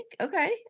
okay